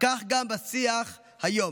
כך גם בשיח היום.